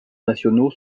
nationaux